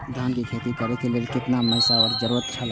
धान के खेती करे के लेल कितना मिली वर्षा के जरूरत छला?